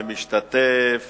שותף ומשתתף.